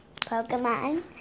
Pokemon